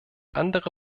andere